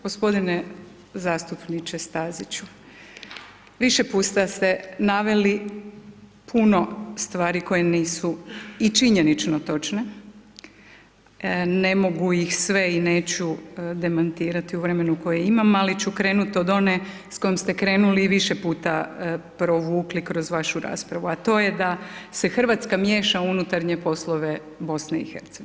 G. zastupniče Staziću, više puta ste naveli puno stvari koje nisu i činjenično točne, ne mogu ih sve i neću demantirati u vremenu koje imam, ali ću krenuti od one s kojom ste krenuli i više puta provukli kroz vašu raspravu, a to je da se Hrvatska miješa u unutarnje poslove BIH.